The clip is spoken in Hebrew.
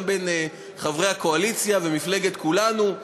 גם בין חברי הקואליציה ומפלגת כולנו,